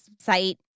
site